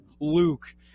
Luke